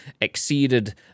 exceeded